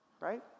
Right